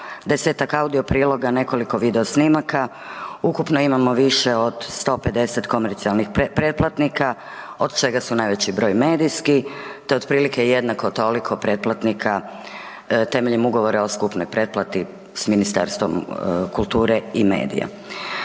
10-tak audio priloga, nekoliko videosnimaka, ukupno imamo više od 150 komercijalnih pretplatnika, od čega su najveći broj medijski te otprilike, jednako toliko pretplatnika temeljem ugovora o skupnoj pretplati s Ministarstvom kulture i medija.